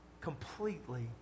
completely